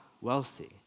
wealthy